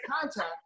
contact